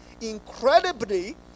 incredibly